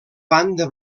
banda